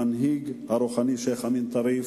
המנהיג הרוחני שיח' אמין טריף,